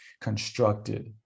constructed